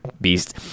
beast